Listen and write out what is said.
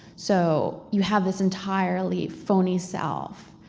so you have this entirely phony self.